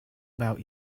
about